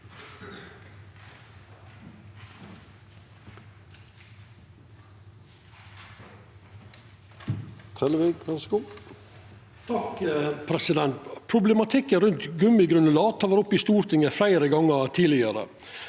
Problematikken rundt gummigranulat har vore oppe i Stortinget fleire gonger tidlegare.